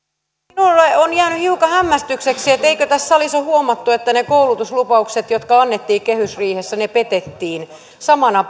minulle on jäänyt hiukan hämmästykseksi että eikö tässä salissa ole huomattu että ne koulutuslupaukset jotka annettiin kehysriihessä petettiin jo samana